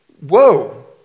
Whoa